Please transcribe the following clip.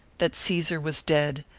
that caesar was dead,